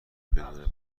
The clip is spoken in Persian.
بدون